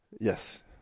Yes